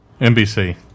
NBC